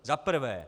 Za prvé.